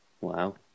wow